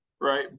right